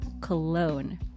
Cologne